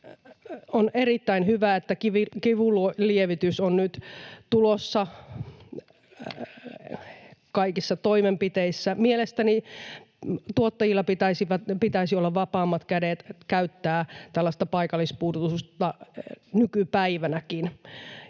on erittäin hyvä, että kivunlievitys on nyt tulossa kaikissa toimenpiteissä. Mielestäni tuottajilla pitäisi olla vapaammat kädet käyttää tällaista paikallispuudutusta nykypäivänäkin.